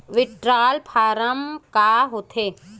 withdrawal form का होथेय